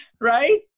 Right